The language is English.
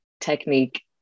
technique